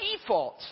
default